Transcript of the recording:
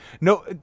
no